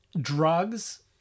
Drugs